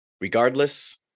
Regardless